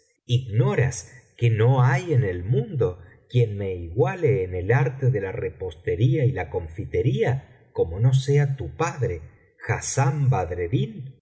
ignoras que no hay en el mundo quien me iguale en el arte de la repostería y la confitería como no sea tu padre hassán